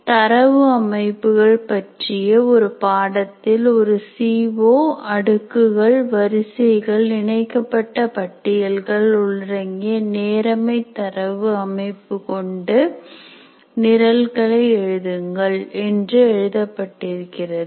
"தரவு அமைப்புகள்" பற்றிய ஒரு பாடத்தில் ஒரு சிஓ "அடுக்குகள் வரிசைகள் இணைக்கப்பட்ட பட்டியல்கள் உள்ளடங்கிய நேரமை தரவு அமைப்பு கொண்டு நிரல்களை எழுதுங்கள்" என்று எழுதப்பட்டிருக்கிறது